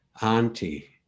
auntie